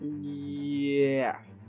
Yes